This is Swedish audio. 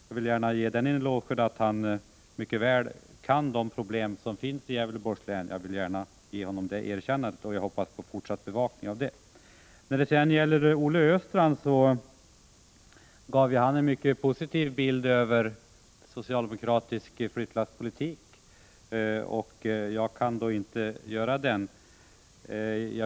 Jag vill gärna ge honom den elogen att han mycket väl kan förhållandena i Gävleborgs län, och jag hoppas på fortsatt bevakning av dem. Olle Östrand gav en mycket positiv bild av socialdemokratisk flyttlasspolitik. Jag kan inte göra det.